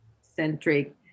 centric